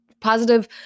positive